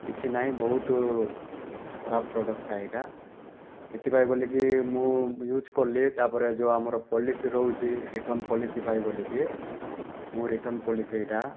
କିଛି ନାଇଁ ବହୁତ ଖରାପ ପ୍ରଡ଼କ୍ଟଟା ଏଇଟା ସେଥିପାଇଁ ବୋଲିକି ମୁଁ ୟୁଜ୍ କଲି ତା'ପରେ ଯେଉଁ ଆମର ପଲିସି ରହୁଛି ରିଟର୍ଣ୍ଣ ପଲିସି ପାଇଁ ବୋଲିକି ମୁଁ ରିଟର୍ଣ୍ଣ ପଲିସି ଏଇଟା